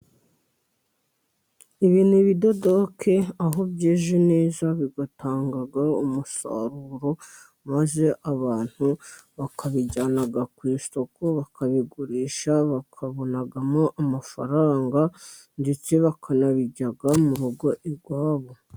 Ibi ni ibidodoke aho byeze neza, bigatanga umusaruro maze abantu bakabijyana ku isoko, bakabigurisha bakabonamo amafaranga ndetse bakanabirya mu rugo iwabo.